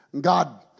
God